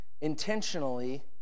intentionally